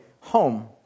home